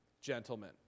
gentlemen